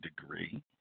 degree